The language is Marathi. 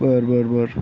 बरं बरं बरं